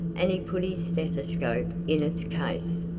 and he put his stethoscope in its case.